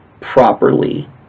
properly